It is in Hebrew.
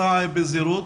סע בזהירות,